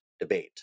debate